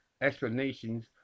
Explanations